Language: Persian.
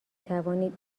توانید